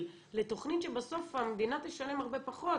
לתוכנית שבסוף המדינה תשלם הרבה פחות,